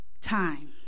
time